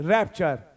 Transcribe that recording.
Rapture